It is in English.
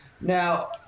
Now